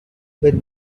with